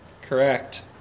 Correct